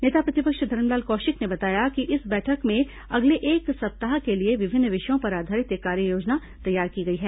नेता प्रतिपक्ष धरमलाल कौशिक ने बताया कि इस बैठक में अगले एक सप्ताह के लिए विभिन्न विषयों पर आधारित एक कार्ययोजना तैयार की गई है